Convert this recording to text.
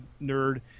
nerd